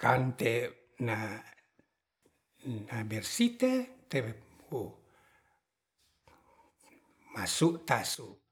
kante na nabersih temasuk tasuk